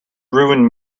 ruin